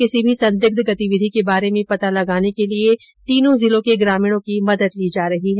किसी भी संदिग्ध गतिविधि के बारे में पता लगाने के लिए तीनों जिलों के ग्रामीणों की मदद ली जा रही है